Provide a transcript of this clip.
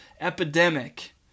epidemic